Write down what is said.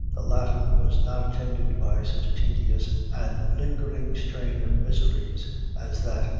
the latter was not attended by such a tedious and lingering train of miseries as that,